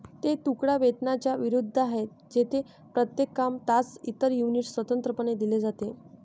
हे तुकडा वेतनाच्या विरुद्ध आहे, जेथे प्रत्येक काम, तास, इतर युनिट स्वतंत्रपणे दिले जाते